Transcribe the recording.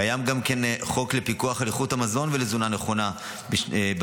קיים גם חוק לפיקוח על איכות המזון ולתזונה נכונה בצהרונים,